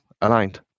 aligned